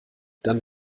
dann